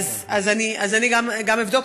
אז גם אני אבדוק,